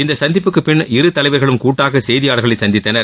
இந்த சந்திப்புக்கு பின்இரு தலைவர்களும் கூட்டாக செய்தியாளர்களை சந்தித்தனர்